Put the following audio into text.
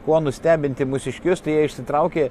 kuo nustebinti mūsiškius tai jie išsitraukė